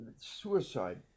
suicide